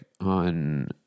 on